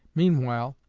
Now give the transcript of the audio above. meanwhile,